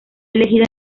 elegido